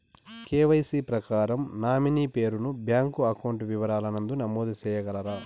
KYC ప్రకారం nominee పేరు ను బ్యాంకు అకౌంట్ వివరాల నందు నమోదు సేయగలరా?